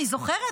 אני זוכרת,